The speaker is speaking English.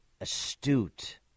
astute